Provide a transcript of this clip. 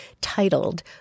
titled